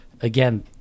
Again